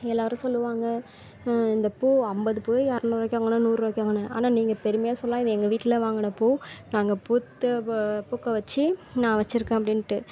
எல்லோரும் சொல்வாங்க இந்த பூ ஐம்பது பூவே இரநூறுவாய்க்கு வாங்குனேன் நூறுரூவாய்க்கு வாங்கினே ஆனால் நீங்கள் பெருமையாக சொல்லாம் இது எங்கள் வீட்டில் வாங்கின பூ நாங்கள் பூத்த பூக்க வைச்சி நான் வச்சிருக்கேன் அப்படின்ட்டு இப்போ